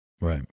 Right